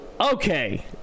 okay